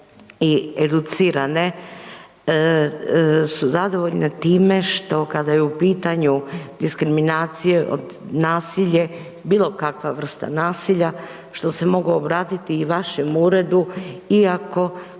i educirane su zadovoljne time što kada je u pitanju diskriminacije, nasilje, bilo kakva vrsta nasilja, što se mogu obratiti i vašem uredu iako